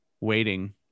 waiting